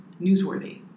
newsworthy